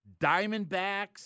Diamondbacks